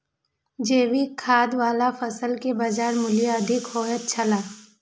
जैविक खेती वाला फसल के बाजार मूल्य अधिक होयत छला